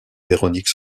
véronique